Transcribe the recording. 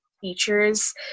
Features